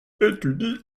étudie